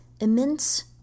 immense